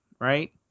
Right